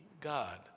God